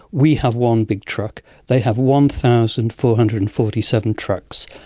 we have one big truck, they have one thousand four hundred and forty seven trucks.